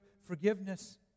forgiveness